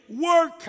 Work